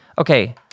Okay